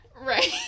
Right